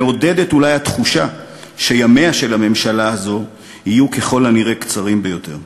מעודדת אולי התחושה שימיה של הממשלה הזאת יהיו ככל הנראה קצרים ביותר.